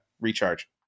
recharge